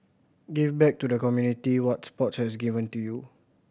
give back to the community what sports has given you